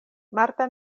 marta